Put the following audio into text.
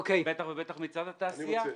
ובטח ובטח מצד התעשייה,